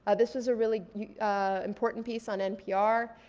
ah this was a really important piece on npr.